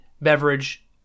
beverage